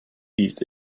east